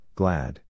glad